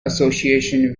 association